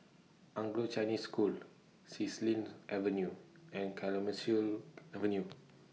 Anglo Chinese School Xilin Avenue and Clemenceau Avenue